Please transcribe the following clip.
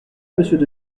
monsieur